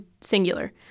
singular